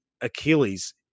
Achilles